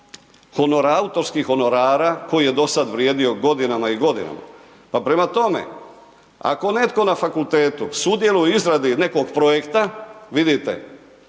autorskih honorara koji je do sad vrijedio godinama i godinama pa prema tome, ako netko na fakultetu sudjeluje u izradi nekog projekta, vidite,